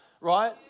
right